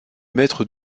maître